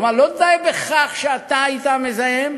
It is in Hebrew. כלומר, לא די בכך שאתה היית המזהם,